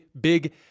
big